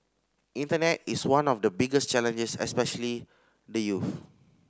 internet is one of the biggest challenges especially the youths